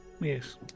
Yes